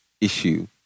issue